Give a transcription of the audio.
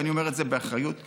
ואני אומר את זה באחריות מלאה.